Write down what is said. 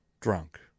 drunk